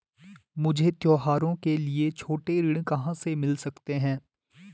मुझे त्योहारों के लिए छोटे ऋण कहाँ से मिल सकते हैं?